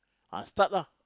ah start lah